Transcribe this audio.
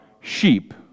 sheep